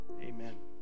Amen